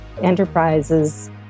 enterprises